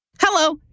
Hello